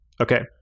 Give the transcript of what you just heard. Okay